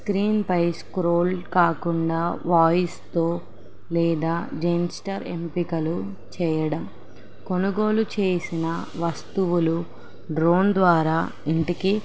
స్క్రీన్పై స్క్రోల్ కాకుండా వాయిస్తో లేదా జెన్స్టర్ ఎంపికలు చేయడం కొనుగోలు చేసిన వస్తువులు డ్రోన్ ద్వారా ఇంటికి